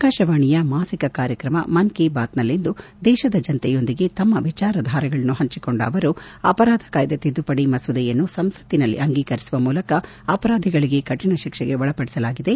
ಆಕಾಶವಾಣಿಯ ಮಾಸಿಕ ಕಾರ್ಯಕ್ರಮ ಮನ್ ಕಿ ಬಾತ್ ನಲ್ಲಿಂದು ದೇಶದ ಜನತೆಯೊಂದಿಗೆ ತಮ್ಮ ವಿಚಾರಧಾರೆಗಳನ್ನು ಹಂಚಿಕೊಂಡ ಅವರು ಅಪರಾಧ ಕಾಯ್ದೆ ತಿದ್ದುಪಡಿ ಮಸೂದೆಯನ್ನು ಸಂಸತ್ತಿನಲ್ಲಿ ಅಂಗೀಕರಿಸುವ ಮೂಲಕ ಅಪರಾಧಿಗಳಿಗೆ ಕಠಿಣ ಶಿಕ್ಷೆಗೆ ಒಳಪಡಿಸಲಾಗಿದೆ